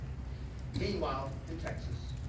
meanwhile in texas,